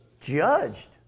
Judged